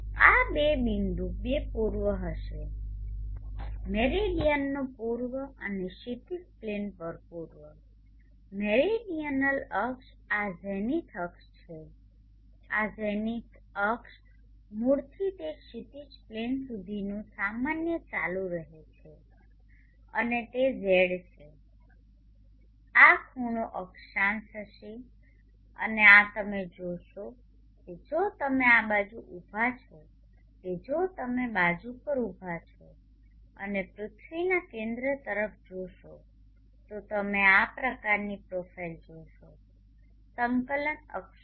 આ બિંદુ બે પૂર્વ હશે મેરિડીયનનો પૂર્વ અને ક્ષિતિજ પ્લેન પર પૂર્વ મેરીડીઅનલ અક્ષ આ ઝેનિથ અક્ષ છે આ ઝેનિથ અક્ષ મૂળથી તે ક્ષિતિજ પ્લેન સુધી સામાન્ય ચાલુ રહે છે અને તે z છે આ ખૂણો ϕ અક્ષાંશ હશે અને આ તમે જોશો કે જો તમે આ બાજુ ઊભા છો કે જો તમે બાજુ પર ઊભા છો અને પૃથ્વીના કેન્દ્ર તરફ જોશો તો તમે આ પ્રકારની પ્રોફાઇલ જોશો સંકલન અક્ષો